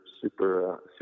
super